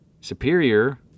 Superior